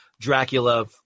Dracula